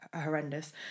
Horrendous